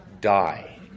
die